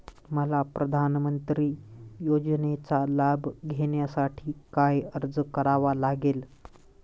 मला प्रधानमंत्री योजनेचा लाभ घेण्यासाठी काय अर्ज करावा लागेल?